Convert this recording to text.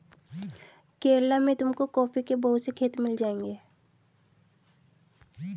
केरला में तुमको कॉफी के बहुत से खेत मिल जाएंगे